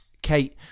Kate